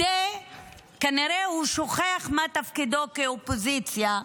כנראה שהוא שוכח מה תפקידו כאופוזיציה,